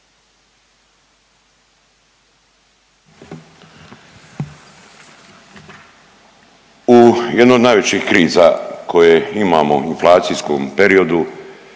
U jednoj u najvećih kriza koje imamo u inflacijskom periodu,